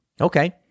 Okay